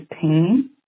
pain